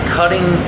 cutting